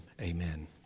Amen